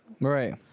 Right